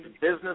business